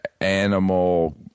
animal